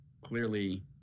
clearly